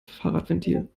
fahrradventil